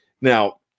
now